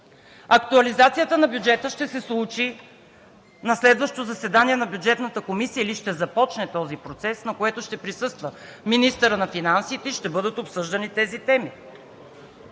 Актуализацията на бюджета ще се случи на следващото заседание на Бюджетната комисия или ще започне този процес, на който ще присъства министърът на финансите и ще бъдат обсъждани тези теми.